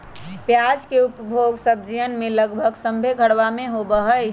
प्याज के उपयोग सब्जीयन में लगभग सभ्भे घरवा में होबा हई